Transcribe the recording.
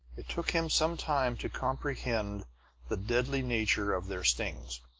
it took him some time to comprehend the deadly nature of their stings,